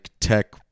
tech